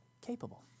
capable